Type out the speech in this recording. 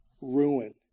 ruin